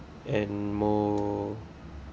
and more